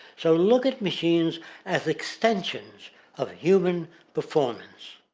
so look at machines as extensions of human performance.